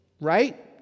right